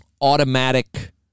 automatic